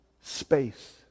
space